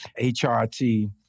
HRT